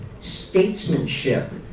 statesmanship